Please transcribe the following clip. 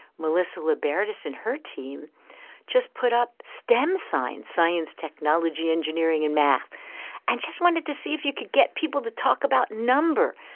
melissa libertus and her team just put up stem signs science, technology, engineering and math and just wanted to see if you could get people to talk about number.